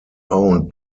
owned